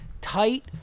tight